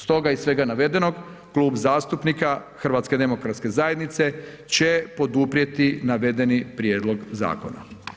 Stoga iz svega navedenog, Kluba zastupnika HDZ-a će poduprijeti navedeni prijedlog zakona.